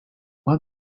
what